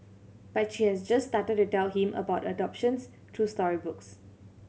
but she has just started to tell him about adoptions through storybooks